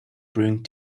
brewing